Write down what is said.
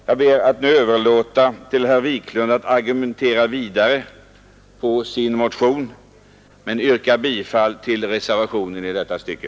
Jag ber att nu få överlåta till herr Wirmark att argumentera vidare för sin motion, men jag yrkar bifall till reservationen 3.